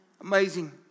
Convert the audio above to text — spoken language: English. amazing